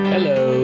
Hello